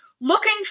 looking